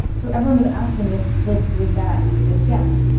so everyone was asking if this was that again.